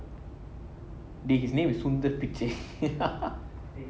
his name is sundarpichai